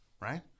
right